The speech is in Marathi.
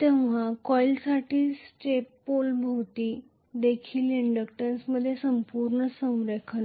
तेव्हा कॉइल्ससाठी स्टेटपोलभोवती देखील इंडक्टन्समध्ये संपूर्ण संरेखन असेल